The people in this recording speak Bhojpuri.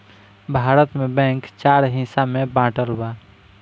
भारत में बैंक चार हिस्सा में बाटल बा